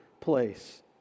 place